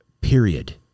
Period